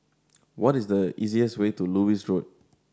what is the easiest way to Lewis Road